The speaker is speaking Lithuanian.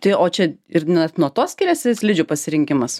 tai o čia ir net nuo to skiriasi slidžių pasirinkimas